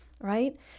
right